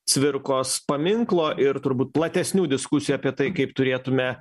cvirkos paminklo ir turbūt platesnių diskusijų apie tai kaip turėtume